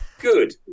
good